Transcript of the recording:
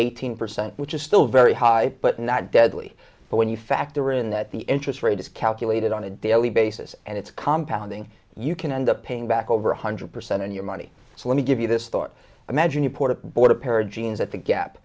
eighteen percent which is still very high but not deadly but when you factor in that the interest rate is calculated on a daily basis and it's compound ing you can end up paying back over one hundred percent on your money so let me give you this thought imagine you put a board a pair of jeans at the gap